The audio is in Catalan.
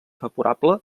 favorable